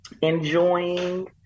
enjoying